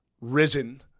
risen